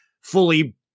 fully